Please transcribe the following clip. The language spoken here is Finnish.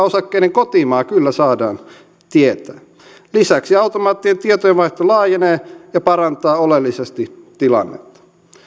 osakkeiden kotimaa kyllä saadaan tietää lisäksi automaattinen tietojenvaihto laajenee ja parantaa oleellisesti tilannetta